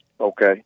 Okay